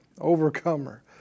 overcomer